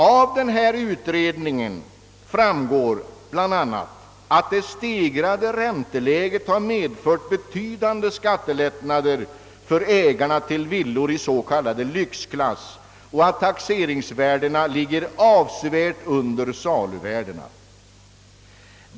Av utredningen framgår bl.a. att det höjda ränteläget har medfört betydande skattelättnader för ägare av villor i så kallad lyxklass samt att taxeringsvärdena ligger avsevärt under saluvärdena.